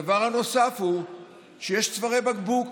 הדבר הנוסף הוא שיש צווארי בקבוק